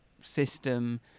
system